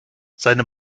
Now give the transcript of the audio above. seine